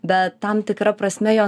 bet tam tikra prasme jos